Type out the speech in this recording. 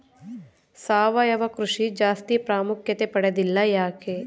ಸಾವಯವ ಕೃಷಿ ಜಾಸ್ತಿ ಪ್ರಾಮುಖ್ಯತೆ ಪಡೆದಿಲ್ಲ ಯಾಕೆ?